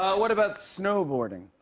ah what about snowboarding?